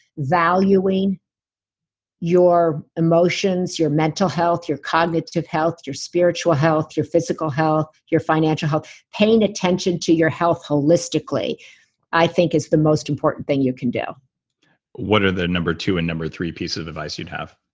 valuing your emotions, your mental health, your cognitive health, your spiritual health, your physical health, your financial paying attention to your health holistically i think is the most important thing you can do what are the number two and number three pieces of advice you'd have?